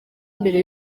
imbere